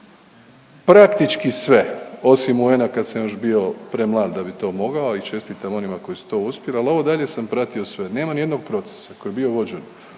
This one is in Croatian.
praktički sve osim u ono kad sam još premlad da bi to mogao, a i čestitam onima koji su to uspjeli, ali ovo dalje sam pratio sve. Nema ni jednog procesa koji je bio uvođen